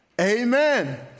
Amen